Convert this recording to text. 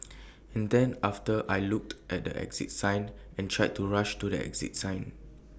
and then after I looked at the exit sign and tried to rush to the exit sign